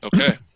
Okay